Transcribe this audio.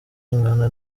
ingana